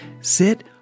sit